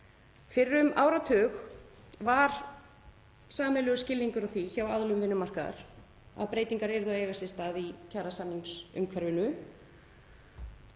Fyrir um áratug var sameiginlegur skilningur á því hjá aðilum vinnumarkaðar að breytingar yrðu að eiga sér stað á kjarasamningsumhverfinu.